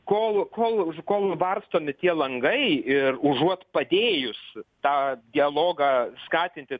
kol kol kol varstomi tie langai ir užuot padėjus tą dialogą skatinti